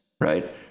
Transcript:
right